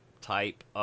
type